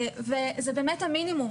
זה באמת המינימום,